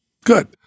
Good